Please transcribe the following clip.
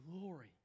glory